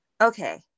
okay